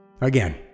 Again